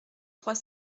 trois